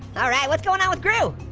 ah right, what's going on with gru?